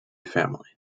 family